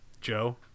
Joe